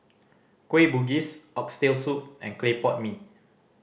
Kueh Bugis Oxtail Soup and clay pot mee